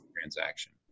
transaction